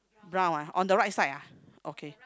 brown ah on the right side ah okay